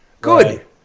Good